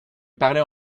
parlait